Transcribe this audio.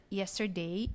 yesterday